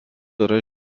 yra